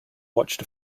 watched